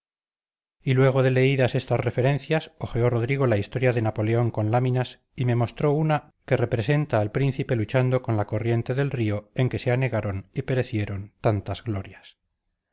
y luego de leídas estas referencias hojeó rodrigo la historia de napoleón con láminas y me mostró una que representa al príncipe luchando con la corriente del río en que se anegaron y perecieron tantas glorias